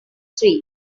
three